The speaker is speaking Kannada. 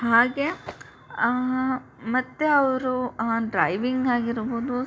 ಹಾಗೆ ಮತ್ತು ಅವರು ಡ್ರೈವಿಂಗ್ ಆಗಿರ್ಬೋದು